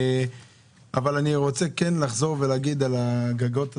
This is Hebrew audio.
אבל אני רוצה לחזור ולדבר על הגגות הסולריים.